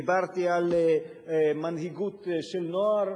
דיברתי על מנהיגות של נוער,